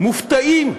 מופתעים.